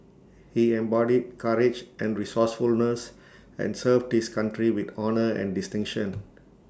he embodied courage and resourcefulness and served his country with honour and distinction